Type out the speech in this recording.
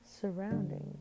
surroundings